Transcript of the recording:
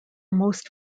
most